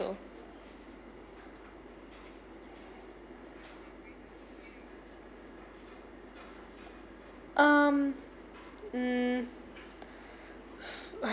so um hmm